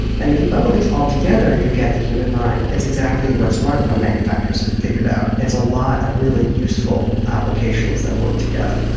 and if you bundle these all together you get the human mind. it's exactly what smart phone manufacturers have figured out, it's a lot of really useful applications that work together.